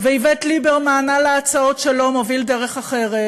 ואיווט ליברמן עם ההצעות שלו מוביל דרך אחרת,